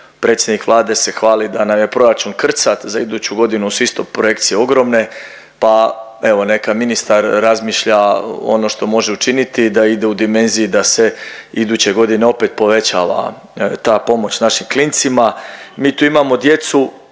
predsjednik Vlade se hvali da nam je proračun krcat. Za iduću godinu su isto projekcije ogromne, pa evo neka ministar razmišlja ono što može učiniti da ide u dimenzije i da se iduće godine opet povećava ta pomoć našim klincima. Mi tu imamo djecu